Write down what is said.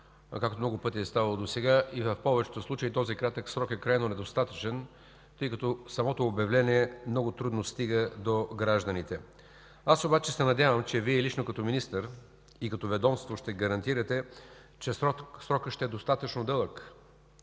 както много пъти е ставало досега, и в повечето случаи този кратък срок е недостатъчен, тъй като самото обявление много трудно стига до гражданите. Аз обаче се надявам, че Вие лично като министър и като ведомство ще гарантирате, че срокът ще е достатъчно дълъг